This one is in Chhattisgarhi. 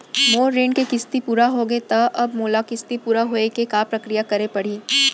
मोर ऋण के किस्ती पूरा होगे हे ता अब मोला किस्ती पूरा होए के का प्रक्रिया करे पड़ही?